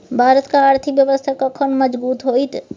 भारतक आर्थिक व्यवस्था कखन मजगूत होइत?